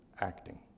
acting